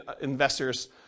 investors